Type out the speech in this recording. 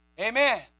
Amen